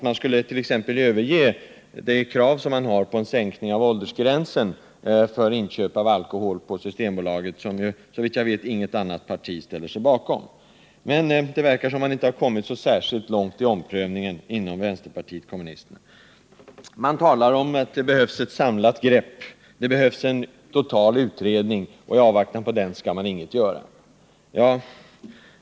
Man skulle t.ex., trodde jag, överge det krav som man har på en sänkning av åldersgränsen för inköp av alkohol på Systembolaget och som såvitt jag vet inget annat parti ställer sig bakom. Men det verkar som om man inte har kommit så särskilt långt i omprövningen inom vänsterpartiet kommunisterna. Man talar om att det behövs ett samlat grepp, att det behövs en total utredning, och i avvaktan på den skall man inget göra.